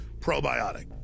probiotic